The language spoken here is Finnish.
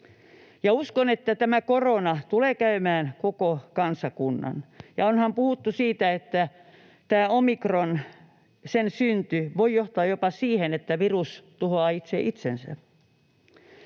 Uskon, että korona tulee käymään koko kansakunnan, ja onhan puhuttu siitä, että tämä omikron, sen synty, voi johtaa jopa siihen, että virus tuhoaa itse itsensä.